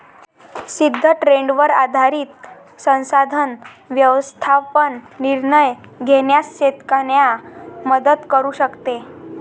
सिद्ध ट्रेंडवर आधारित संसाधन व्यवस्थापन निर्णय घेण्यास शेतकऱ्यांना मदत करू शकते